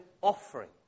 offering